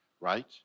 Right